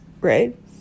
right